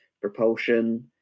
propulsion